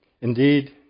Indeed